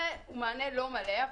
זה מענה לא מלא,